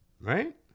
right